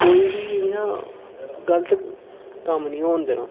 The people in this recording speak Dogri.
कोई बी इ'यां गल्त कम्म नेईं होन देना